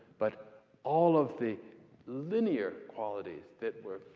but all of the linear qualities that were.